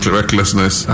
recklessness